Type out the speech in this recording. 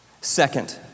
Second